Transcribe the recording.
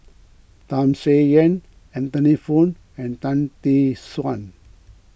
Tham Sien Yen Anthony Poon and Tan Tee Suan